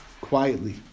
quietly